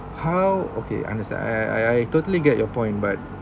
how okay understand I I I I totally get your point but